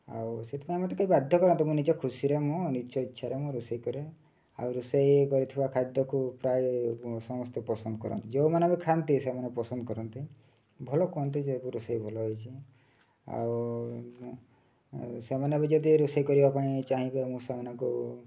ଆଉ ସେଥିପାଇଁ ମୋତେ କେହି ବାଧ୍ୟ କରନ୍ତିନି ମୁଁ ନିଜ ଖୁସିରେ ମୁଁ ନିଜ ଇଚ୍ଛାରେ ମୁଁ ରୋଷେଇ କରେ ଆଉ ରୋଷେଇ କରିଥିବା ଖାଦ୍ୟକୁ ପ୍ରାୟ ସମସ୍ତେ ପସନ୍ଦ କରନ୍ତି ଯେଉଁମାନେ ବି ଖାଆନ୍ତି ସେମାନେ ପସନ୍ଦ କରନ୍ତି ଭଲ କୁହନ୍ତି ଯେ ରୋଷେଇ ଭଲ ହୋଇଛି ଆଉ ସେମାନେ ବି ଯଦି ରୋଷେଇ କରିବା ପାଇଁ ଚାହିଁବେ ମୁଁ ସେମାନଙ୍କୁ